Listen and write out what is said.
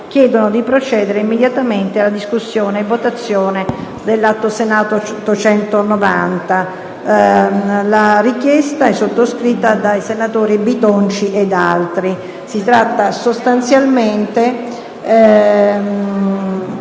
chiedono di procedere immediatamente alla discussione e votazione dell'Atto Senato n. 890». La richiesta è sottoscritta dal senatore Bitonci e da altri senatori. Si tratta sostanzialmente